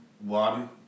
one